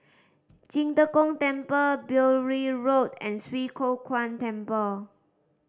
Qing De Gong Temple Beaulieu Road and Swee Kow Kuan Temple